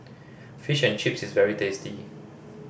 Fish and Chips is very tasty